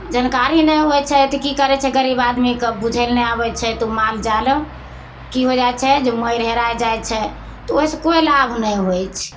जानकारी नहि होइ छै तऽ कि करै छै गरीब आदमीकेँ बुझैले नहि आबै छै तऽ मालजाल कि होइ जाइ छै मरि हेराइ जाइ छै तऽ ओहिसे कोइ लाभ नहि होइ छै